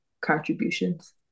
contributions